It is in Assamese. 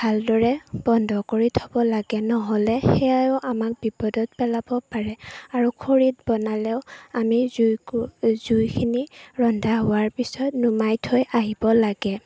ভালদৰে বন্ধ কৰি থ'ব লাগে নহ'লে সেয়াও আমাক বিপদত পেলাব পাৰে আৰু খৰিত বনালেও আমি জুইকু জুইখিনি ৰন্ধা হোৱাৰ পিছত নুমাই থৈ আহিব লাগে